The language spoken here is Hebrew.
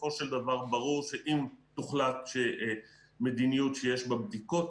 בסופו של דבר ברור שאם תוחלט מדיניות שיש בה בדיקות,